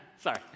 Sorry